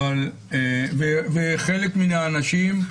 וחלק מן האנשים,